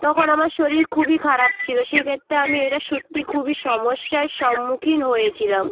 তখন আমার শরীর খুবই খারাপ ছিলো সেক্ষেত্রে আমি এটা সত্যি খুবই সমস্যার সম্মুখীন হয়েছিলাম